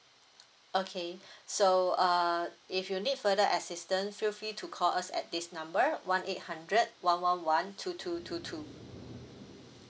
okay so uh if you need further assistant feel free to call us at this number one eight hundred one one one two two two two